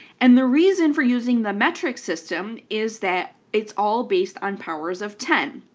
and the reason for using the metric system is that it's all based on powers of ten.